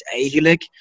eigenlijk